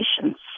patients